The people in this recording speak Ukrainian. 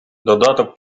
додаток